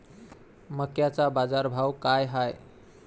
मक्याचा बाजारभाव काय हाय?